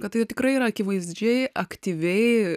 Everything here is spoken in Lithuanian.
kad tai tikrai yra akivaizdžiai aktyviai